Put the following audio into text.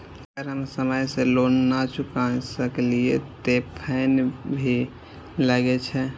अगर हम समय से लोन ना चुकाए सकलिए ते फैन भी लगे छै?